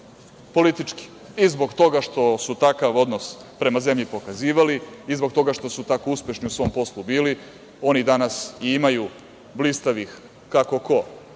politički i zbog toga što su takav odnos prema zemlji pokazivali i zbog toga što su tako uspešni u svom poslu bili, oni danas imaju blistavih, kako ko,